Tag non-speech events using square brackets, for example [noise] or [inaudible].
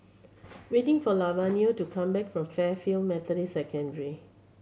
waiting for Lavonia to come back from Fairfield Methodist second [unintelligible]